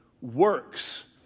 Works